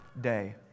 day